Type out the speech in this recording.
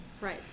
Right